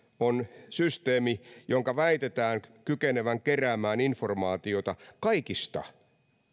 on systeemi jonka väitetään kykenevän keräämään informaatiota kaikista